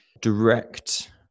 direct